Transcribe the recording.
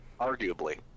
arguably